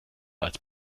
als